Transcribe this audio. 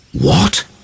What